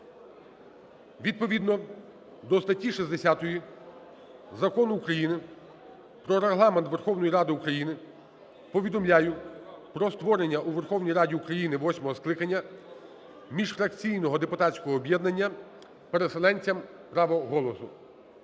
Відповідно до статті 60 Закону України "Про Регламент Верховної Ради України" повідомляю про створення у Верховній Раді України восьмого скликання міжфракційного депутатського об'єднання "Переселенцям – право голосу".